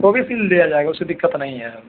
वह भी सील दिया जाएगा उसको दिक्कत नहीं है